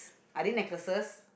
are they necklaces